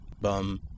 bum